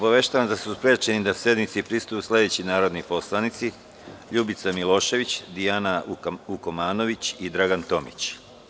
Obaveštavam vas da su sprečeni da sednici prisustvuju sledeći narodni poslanici: Ljubica Milošević, Dijana Vukomanović i Dragan Tomić.